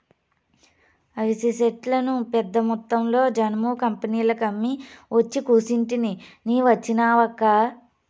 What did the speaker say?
అవిసె సెట్లను పెద్దమొత్తంలో జనుము కంపెనీలకమ్మి ఒచ్చి కూసుంటిని నీ వచ్చినావక్కా